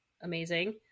amazing